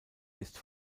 ist